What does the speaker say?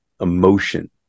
emotion